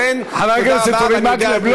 לכן, חבר הכנסת אורי מקלב, תודה רבה.